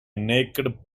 naked